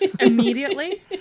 immediately